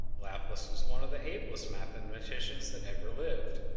laplace was one of the ablest mathematicians that ever lived,